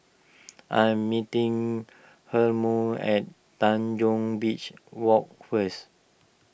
I am meeting Hermon at Tanjong Beach Walk first